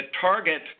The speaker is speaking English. Target